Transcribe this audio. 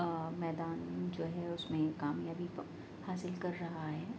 میدان جو ہے اس میں کامیابی حاصل کر رہا ہے